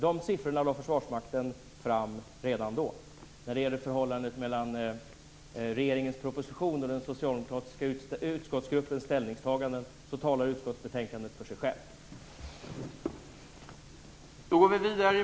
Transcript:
De siffrorna lade Försvarsmakten fram redan då. När det gäller förhållandet mellan regeringens proposition och den socialdemokratiska utskottsgruppens ställningstagande talar utskottsbetänkandet för sig självt.